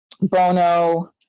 Bono